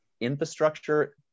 infrastructure